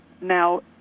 now